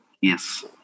Yes